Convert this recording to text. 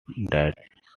that